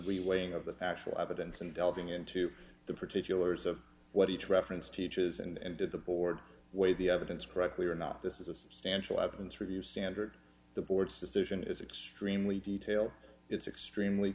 really weighing of the factual evidence and delving into the particulars of what each reference teaches and did the board weigh the evidence correctly or not this is a substantial evidence review standard the board's decision is extremely detailed it's extremely